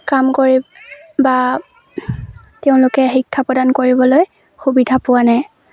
কাম কৰি বা তেওঁলোকে শিক্ষা প্ৰদান কৰিবলৈ সুবিধা পোৱা নাই